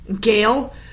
Gail